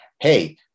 hey